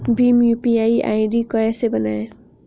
Bhim UPI ID कैसे बनाएं?